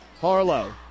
Harlow